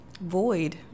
void